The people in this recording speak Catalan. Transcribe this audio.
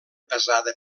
pesada